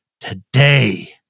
today